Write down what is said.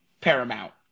Paramount